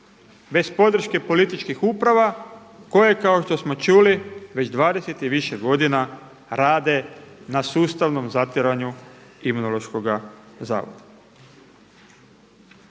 bez podrške političkih uprava koje kao što smo čuli već 20 i više godina rade na sustavnom zatiranju Imunološkoga zavoda.